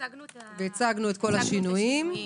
הצגנו את כל השינויים,